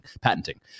patenting